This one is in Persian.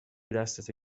دستتو